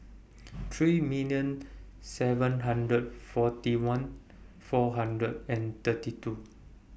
three million seven hundred forty one four hundred and thirty two